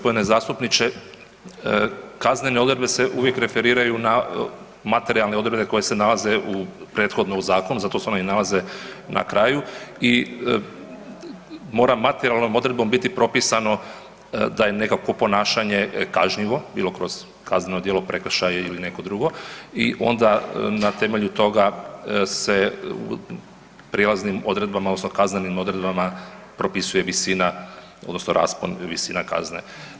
Poštovani g. zastupniče, kaznene odredbe se uvijek referiraju na materijalne odredbe koje se nalaze prethodno u zakonu, zato se one i nalaze na kraju i mora materijalno odredbom biti propisano da je nekakvo ponašanje kažnjivo, bilo kroz kazneno djelo, prekršaj ili neko drugo i onda na temelju toga se prijelaznim odredbama odnosno kaznenim odredbama propisuje visina odnosno raspon visina kazne.